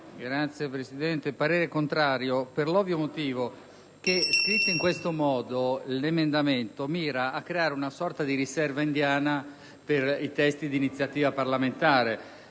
finanze*. Esprimo parere contrario per l'ovvio motivo che, scritto in questo modo, l'emendamento in discussione mira a creare una sorta di riserva indiana per i testi di iniziativa parlamentare